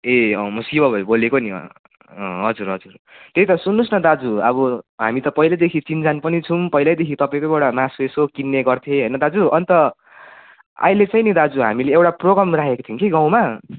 ए म शिव भाइ बोलेको नि हजुर हजुर त्यही त सुन्नु होस् न दाजु अब हामी त पहिल्यैदेखि चिनजान पनि छौैँ पहिल्यैदेखि तपाईँकोबाट मासु यसो किन्ने गर्थे होइन दाजु अन्त अहिले चाहिँ नि दाजु हामीले एउटा प्रोग्राम रोखेका थियौँ कि गाउँमा